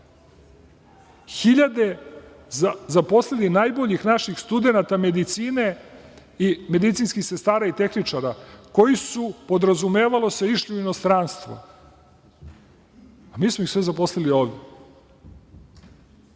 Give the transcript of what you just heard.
Hiljade zaposlili najboljih naših studenata medicine i medicinskih sestara i tehničara koji su, podrazumevalo se, išli u inostranstvo. Mi smo ih sve zaposlili ovde.